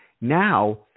Now